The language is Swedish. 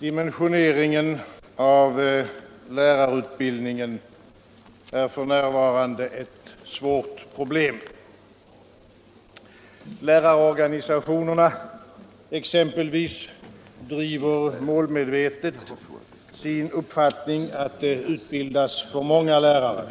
Dimensioneringen av lärarutbildningen är för närvarande ett svårt problem. Lärarorganisationerna exempelvis driver målmedvetet sin uppfattning att det utbildas för många lärare.